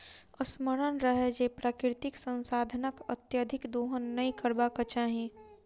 स्मरण रहय जे प्राकृतिक संसाधनक अत्यधिक दोहन नै करबाक चाहि